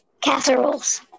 Casseroles